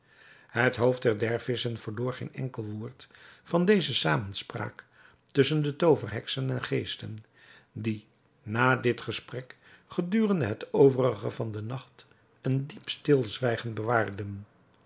het hoofd der dervissen verloor geen enkel woord van deze zamenspraak tusschen de tooverheksen en geesten die na dit gesprek gedurende het overige van den nacht een diep stilzwijgen bewaarden